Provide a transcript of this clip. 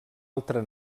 altra